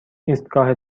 ایستگاه